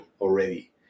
already